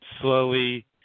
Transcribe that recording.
slowly